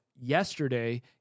yesterday